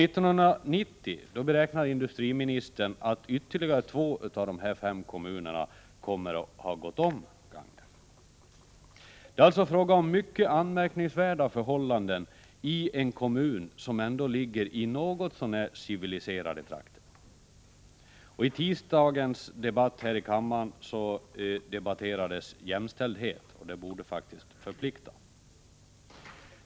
Industriministern beräknar att år 1990 har ytterligare två av dessa fem kommuner gått om Gagnef. Det är alltså fråga om mycket anmärkningsvärda förhållanden i en kommun som ändå ligger i något så när civiliserade trakter. I tisdags debatterades här i kammaren jämställdhet, och det borde faktiskt förplikta.